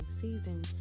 season